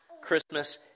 Christmas